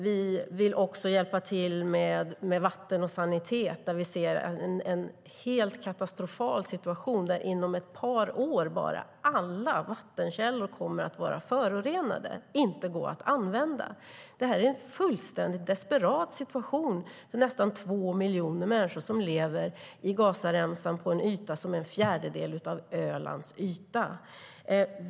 Vi vill också hjälpa till med vatten och sanitet, där vi ser en helt katastrofal situation. Inom bara ett par år kommer alla vattenkällor att vara förorenade och obrukbara. Det är en fullständigt desperat situation. Nästan 2 miljoner människor lever i Gazaremsan på en yta som är en fjärdedel av Ölands.